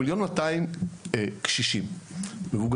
מתוך מיליון ו-200 קשישים מבוגרים,